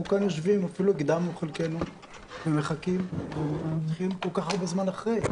אנחנו כאן יושבים ואפילו חלקנו הקדמנו ומחכים כל כך הרבה זמן אחרי כן.